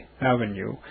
Avenue